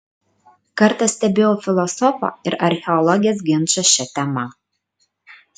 kartą stebėjau filosofo ir archeologės ginčą šia tema